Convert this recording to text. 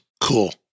cool